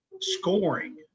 scoring